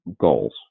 goals